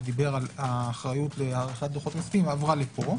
שדיבר על האחריות להארכת דוחות כספיים ועברה לפה.